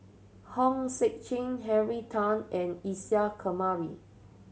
Hong Sek Chern Henry Tan and Isa Kamari